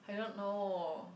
I don't know